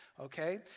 okay